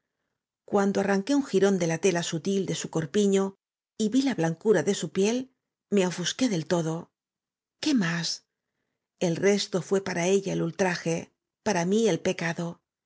o arranqué un jirón de la tela sutil de su c o r p i n o y vi la blancura de s u piel m e ofusqué del t o d o qué m á s e l resto fué para ella el ultraje para m í el p